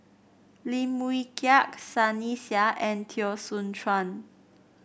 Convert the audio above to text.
Lim Wee Kiak Sunny Sia and Teo Soon Chuan